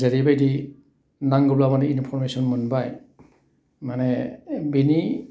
जेरैबायदि नांगौब्ला माने इनफरमेसन मोनबाय माने बेनि